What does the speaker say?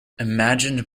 imagined